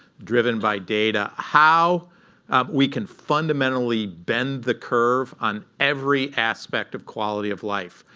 driven by data how we can fundamentally bend the curve on every aspect of quality of life.